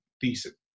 decent